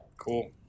Cool